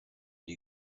die